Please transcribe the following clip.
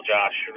Josh